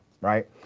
Right